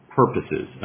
purposes